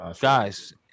guys